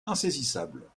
insaisissable